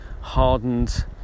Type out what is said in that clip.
hardened